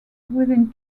within